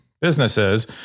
businesses